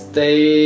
Stay